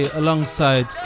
alongside